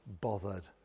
bothered